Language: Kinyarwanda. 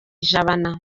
jabana